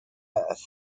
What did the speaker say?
earth